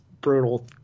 brutal